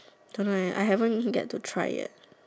don't know leh I haven't got to try yet